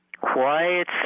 Quiet